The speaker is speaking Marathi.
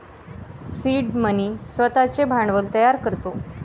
सीड मनी स्वतःचे भांडवल तयार करतो